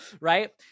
right